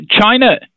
China